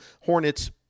Hornets